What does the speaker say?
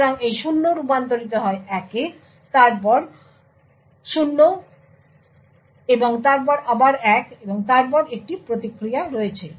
সুতরাং এই 0 রূপান্তরিত হয় 1 এ তারপর 0 এবং তারপর আবার 1 এবং তারপর একটি প্রতিক্রিয়া রয়েছে